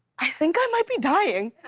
i think i might be dying,